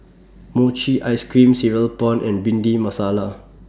Mochi Ice Cream Cereal Prawns and Bhindi Masala